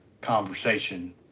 conversation